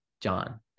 John